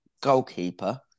goalkeeper